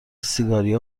سیگاری